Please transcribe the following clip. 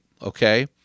Okay